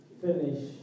Finish